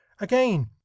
again